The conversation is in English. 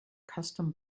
custom